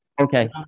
Okay